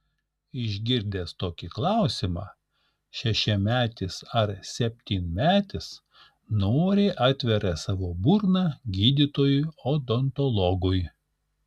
išgirdęs tokį klausimą šešiametis ar septynmetis noriai atveria savo burną gydytojui odontologui